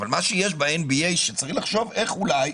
מה שיש ב-NBA, צריך לחשוב איך אולי